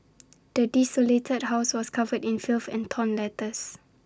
the desolated house was covered in filth and torn letters